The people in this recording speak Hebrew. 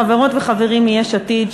חברות וחברים מיש עתיד,